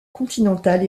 continentale